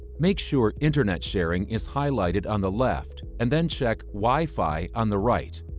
make sure internet sharing is highlighted on the left, and then check wi-fi on the right.